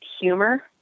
humor